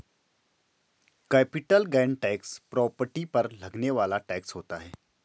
capital gain tax property पर लगने वाला टैक्स होता है